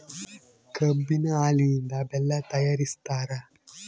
ಕಬ್ಬಿನ ಹಾಲಿನಿಂದ ಬೆಲ್ಲ ತಯಾರಿಸ್ತಾರ